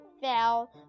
fell